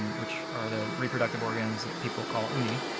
um which are the reproductive organs that people call uni,